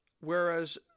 Whereas